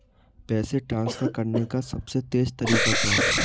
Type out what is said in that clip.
पैसे ट्रांसफर करने का सबसे तेज़ तरीका क्या है?